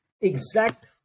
exact